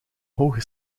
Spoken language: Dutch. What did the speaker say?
hoge